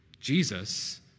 Jesus